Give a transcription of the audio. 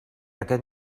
aquest